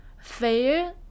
Fair